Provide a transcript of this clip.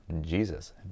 Jesus